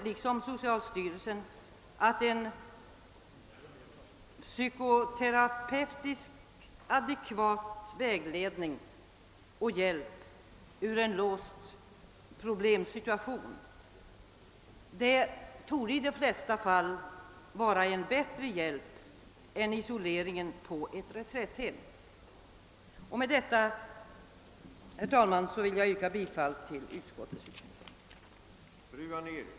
Liksom socialstyrelsen anser utskottet att en psykoterapeutiskt adekvat vägledning och hjälp ut ur en låst problemsituation i de flesta fall torde vara en bättre hjälp än en isolering till ett reträtthem. Med dessa ord, herr talman, ber jag att få yrka bifall till utskottets hemställan.